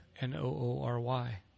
n-o-o-r-y